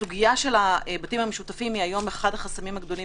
הסוגיה של הבתים המשותפים היא היום אחד החסמים הגדולים